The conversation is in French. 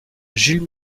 jules